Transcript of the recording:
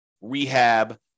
rehab